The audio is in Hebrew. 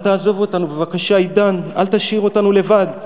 אל תעזוב אותנו, בבקשה, עידן, אל תשאיר אותנו לבד.